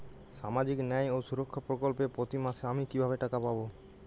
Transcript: সামাজিক ন্যায় ও সুরক্ষা প্রকল্পে প্রতি মাসে আমি কিভাবে টাকা পাবো?